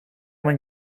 mijn